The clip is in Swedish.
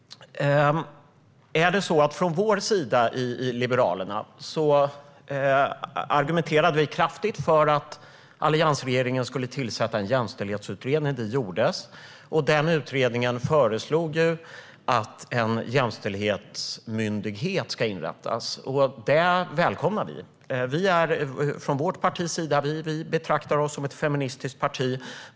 Vi liberaler argumenterade kraftigt för att alliansregeringen skulle tillsätta en jämställdhetsutredning. Det gjordes. Utredningen har föreslagit att en jämställdhetsmyndighet ska inrättas. Det välkomnar vi. Vi betraktar oss som ett feministiskt parti.